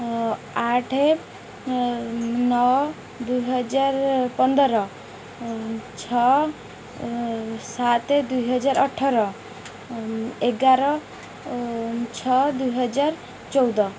ଆଠେ ନଅ ଦୁଇ ହଜାର ପନ୍ଦର ଛଅ ସାତ ଦୁଇ ହଜାର ଅଠର ଏଗାର ଛଅ ଦୁଇ ହଜାର ଚଉଦ